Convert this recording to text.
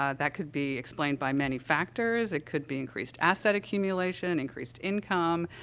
ah that could be explained by many factors. it could be increased asset accumulation, increased income,